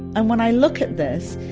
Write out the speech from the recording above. and when i look at this,